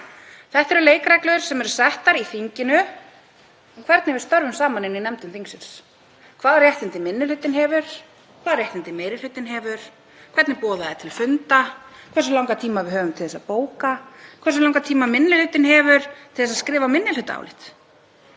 Þetta eru leikreglur sem eru settar í þinginu um það hvernig við störfum saman í nefndum þingsins, hvaða réttindi minni hlutinn hefur, hvaða réttindi meiri hlutinn hefur, hvernig boðað er til funda, hversu langan tíma við höfum til að bóka, hversu langan tíma minni hlutinn hefur til að skrifa minnihlutaálit.